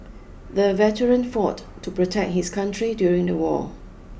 the veteran fought to protect his country during the war